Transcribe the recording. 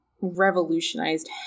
revolutionized